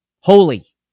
holy